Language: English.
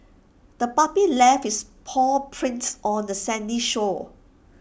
the puppy left its paw prints on the sandy shore